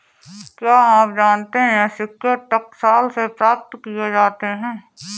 क्या आप जानते है सिक्के टकसाल से प्राप्त किए जाते हैं